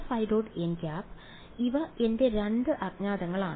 ഇവ എന്റെ 2 അജ്ഞാതങ്ങളാണ്